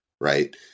right